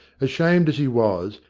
ashamed as he was,